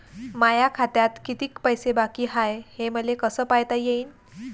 माया खात्यात कितीक पैसे बाकी हाय हे मले कस पायता येईन?